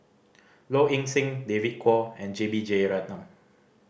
Low Ing Sing David Kwo and J B Jeyaretnam